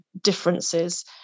differences